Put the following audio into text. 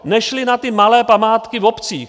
Nešly na ty malé památky obcí.